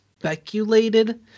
speculated